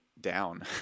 down